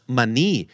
money